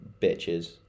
bitches